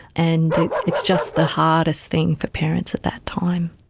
and it's just the hardest thing for parents at that time.